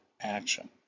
action